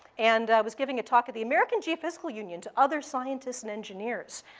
and i was giving a talk at the american geophysical union to other scientists and engineers.